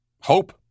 hope